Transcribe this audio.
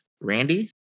Randy